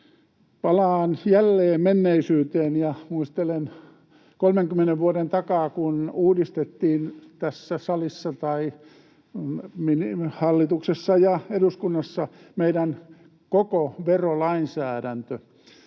Palaan jälleen menneisyyteen ja muistelen 30 vuoden takaa, kun uudistettiin tässä salissa, tai hallituksessa ja eduskunnassa, meidän koko verolainsäädäntömme.